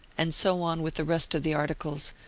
and so on with the rest of the articles,